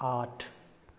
आठ